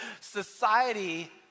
Society